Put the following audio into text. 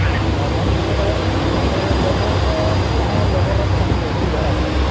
ᱵᱟᱵᱚᱱ ᱯᱩᱨᱟᱹᱣ ᱫᱟᱲᱮᱭᱟᱜ ᱠᱟᱱᱟ ᱪᱤᱠᱟᱛᱮ ᱞᱮᱵᱟᱨ ᱠᱚ ᱱᱤᱛᱳᱜ ᱦᱚᱸ ᱞᱮᱵᱟᱨ ᱨᱮᱹᱴ ᱠᱚᱦᱚᱸ ᱵᱟᱹᱲᱛᱤ ᱫᱷᱟᱨᱟ ᱜᱮᱭᱟ